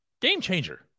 Game-changer